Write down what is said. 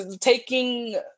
taking